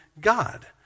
God